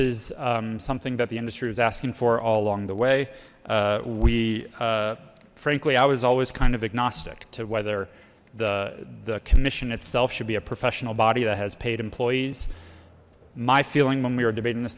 is something that the industry was asking for all along the way we frankly i was always kind of agnostic to whether the the commission itself should be a professional body that has paid employees my feeling when we were debating this